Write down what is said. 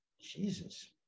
Jesus